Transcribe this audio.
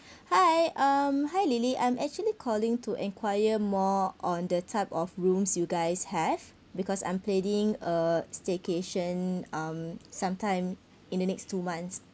hi um hi lily I'm actually calling to enquire more on the type of rooms you guys have because I'm planning a staycation um sometime in the next two months